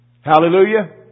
Hallelujah